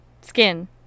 skin